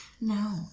No